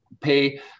pay